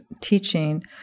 teaching